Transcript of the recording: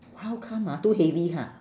how come ah too heavy ha